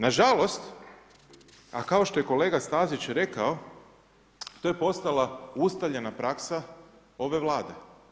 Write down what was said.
Nažalost kao što je i kolega Stazić rekao, to je postala ustaljena praksa ove Vlade.